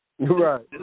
Right